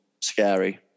scary